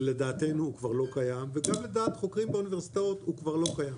שלדעתנו הוא כבר לא קיים וגם לדעת חוקרים באוניברסיטאות הוא לא קיים.